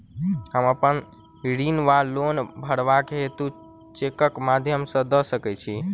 हम अप्पन ऋण वा लोन भरबाक हेतु चेकक माध्यम सँ दऽ सकै छी?